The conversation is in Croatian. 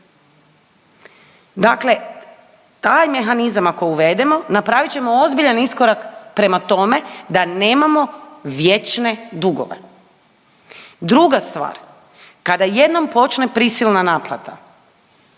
Dakle taj mehanizam ako uvedemo, napravit ćemo ozbiljan iskorak prema tome da nemamo vječne dugove. Druga stvar, kada jednom počne prisilna naplata